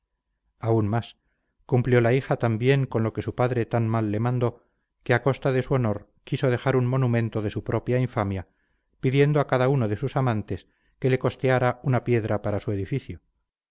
la hija tan bien con lo que su padre tan mal le mandó que a costa de su honor quiso dejar un monumento de su propia infamia pidiendo a cada uno de sus amantes que le costeara una piedra para su edificio